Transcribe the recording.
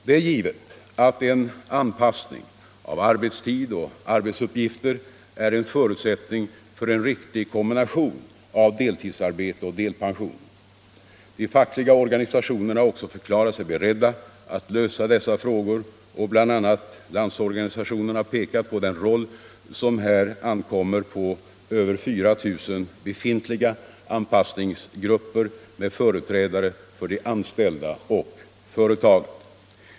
Det är givet att en anpassning av arbetstid och arbetsuppgifter är en förutsättning för en riktig kombination av deltidsarbete och delpension. De fackliga organisationerna har också förklarat sig beredda att lösa dessa frågor, och bl.a. LO har pekat på den roll som här ankommer på över 4 000 befintliga anpassningsgrupper med företrädare för de anställda och företaget.